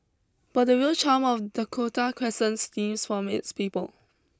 but the real charm of Dakota Crescent stems from its people